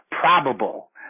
probable